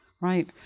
Right